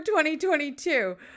2022